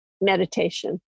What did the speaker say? meditation